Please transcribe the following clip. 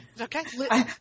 okay